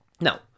Now